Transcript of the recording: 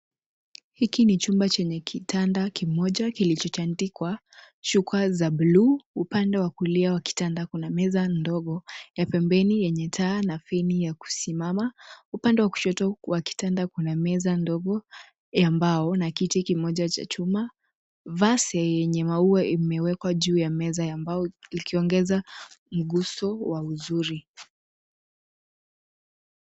Hiki ni chumba chenye kitanda kimoja kilichotandikwa shukwa za buluu, upande wa kulia wa kitanda kuna meza ndogo ya pembeni yenye taa na feni ya kusimama. Upande wa kushoto wa kitanda kuna meza ndogo ya mbao na kiti kimoja cha chuma. Vasi yenye maua imewekwa juu ya meza ya mbao ikiongeza mguso wa uzuri.